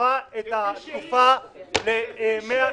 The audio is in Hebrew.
שדוחה את התקופה ל-100 ימים --- כפי